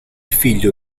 figlio